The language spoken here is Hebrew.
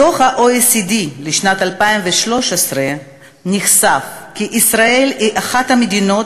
בדוח ה-OECD לשנת 2013 נחשף כי ישראל היא אחת המדינות